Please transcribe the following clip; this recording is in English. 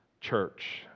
Church